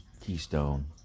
keystone